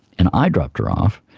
and i dropped her off,